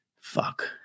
fuck